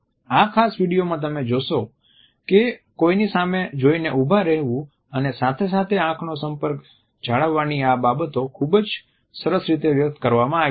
આ ખાસ વીડિયો માં તમે જોશો કે કોઈની સામે જોઇને ઉભા રહેવું અને સાથે સાથે આંખનો સંપર્ક જાળવવાની આ બાબતો ખૂબ સરસ રીતે વ્યક્ત કરવામાં આવી છે